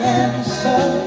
answer